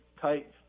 tight